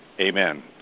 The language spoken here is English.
Amen